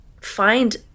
find